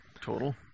total